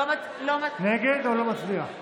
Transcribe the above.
נגד או לא מצביע?